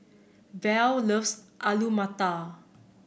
Val loves Alu Matar